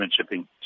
Shipping